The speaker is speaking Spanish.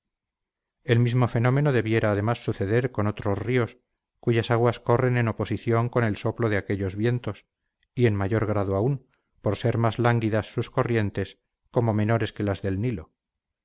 el mismo fenómeno debiera además suceder con otros ríos cuyas aguas corren en oposición con el soplo de aquellos vientos y en mayor grado aun por ser más lánguidas sus corrientes como menores que las del nilo